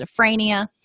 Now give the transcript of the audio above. schizophrenia